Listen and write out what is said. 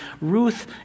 Ruth